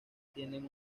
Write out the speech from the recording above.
tienen